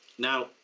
Now